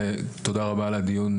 תודה רבה על הדיון,